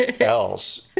else